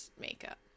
makeup